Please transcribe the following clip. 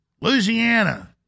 Louisiana